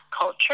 culture